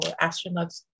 astronauts